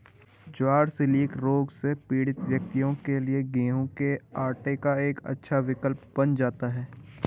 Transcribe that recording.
ज्वार coeliac रोग से पीड़ित व्यक्तियों के लिए गेहूं के आटे का एक अच्छा विकल्प बन जाता है